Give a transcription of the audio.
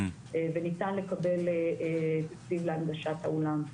וניתן לקבל כספים להנגשת האולם.